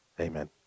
Amen